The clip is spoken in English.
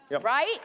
right